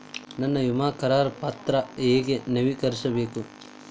ನನ್ನ ವಿಮಾ ಕರಾರ ಪತ್ರಾ ಹೆಂಗ್ ನವೇಕರಿಸಬೇಕು?